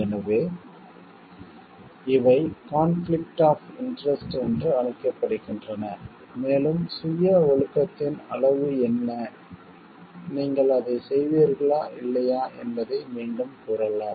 எனவே இவை conflict of interest என்று அழைக்கப்படுகின்றன மேலும் சுய ஒழுக்கத்தின் அளவு என்ன நீங்கள் அதைச் செய்வீர்களா இல்லையா என்பதை மீண்டும் கூறலாம்